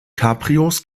cabrios